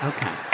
Okay